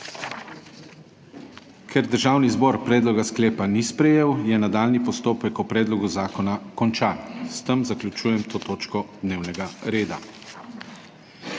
Ker Državni zbor predloga sklepa ni sprejel, je nadaljnji postopek o predlogu zakona končan. S tem zaključujem to točko dnevnega reda.